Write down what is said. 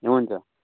हुन्छ